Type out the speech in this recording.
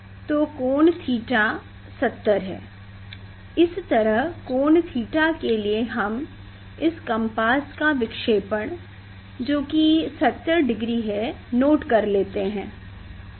तो कोण थीटा 70 है इस तरह कोण थीटा के लिए हम इस कम्पास का विक्षेपण जो कि 70 डिग्री है नोट कर लेते हैं